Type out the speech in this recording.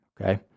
Okay